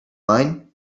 mind